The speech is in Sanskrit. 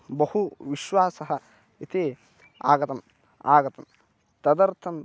बहु विश्वासः इति आगतम् आगतं तदर्थं